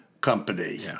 company